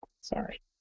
Sorry